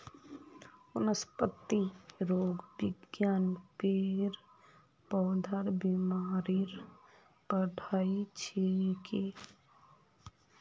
वनस्पतिरोग विज्ञान पेड़ पौधार बीमारीर पढ़ाई छिके